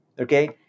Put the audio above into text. okay